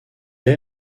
est